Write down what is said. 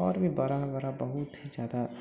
आओर भी बड़ा बड़ा बहुत ही ज्यादा